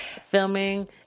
filming